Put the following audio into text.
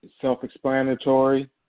self-explanatory